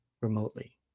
remotely